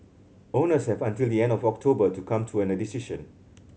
owners have until the end of October to come to a decision